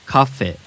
Cafe